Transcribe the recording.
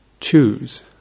choose